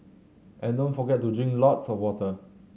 and don't forget to drink lots of water